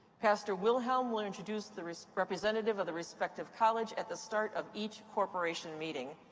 pastor wilhelm will introduce the representative of the respective college at the start of each corporation meeting.